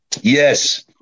yes